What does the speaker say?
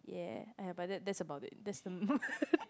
yeah !aiya! but that that's about it that's the